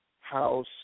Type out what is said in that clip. house